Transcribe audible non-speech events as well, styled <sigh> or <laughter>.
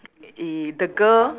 <noise> the girl